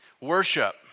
Worship